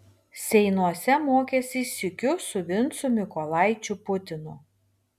seinuose mokėsi sykiu su vincu mykolaičiu putinu